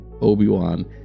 Obi-Wan